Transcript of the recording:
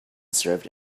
served